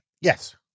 yes